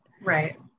Right